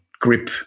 grip